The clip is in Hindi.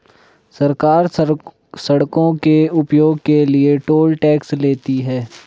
सरकार सड़कों के उपयोग के लिए टोल टैक्स लेती है